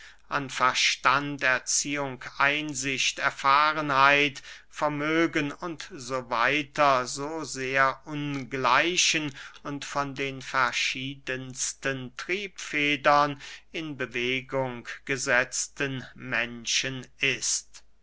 an verstand erziehung einsicht erfahrenheit vermögen u s w so sehr ungleichen und von den verschiedensten triebfedern in bewegung gesetzten menschen ist